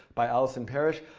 by allison parrish.